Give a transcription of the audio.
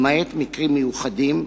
למעט מקרים מיוחדים,